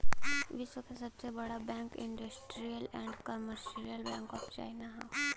विश्व क सबसे बड़ा bank Industrial and Commercial Bank of China हौ